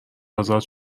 ازاد